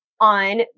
on